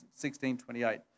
1628